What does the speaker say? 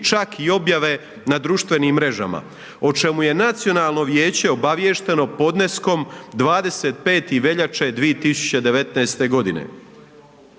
čak i objave na društvenim mrežama, o čemu je nacionalno vijeće obaviješteno podneskom 25. veljače 2019. g.